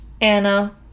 Anna